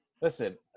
listen